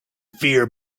fear